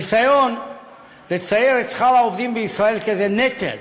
הניסיון לצייר את שכר העובדים בישראל כאיזה נטל,